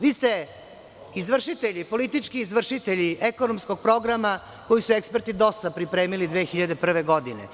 Vi ste politički izvršitelji ekonomskog programa koji su eksperti DOS-a pripremili 2001. godine.